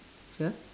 sure